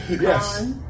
Yes